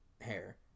hair